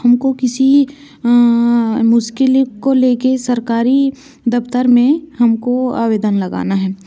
हम को किसी मुस्किल को ले कर किसी सरकारी दफ़्तर में हम को आवेदन लगाना है